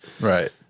Right